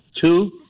Two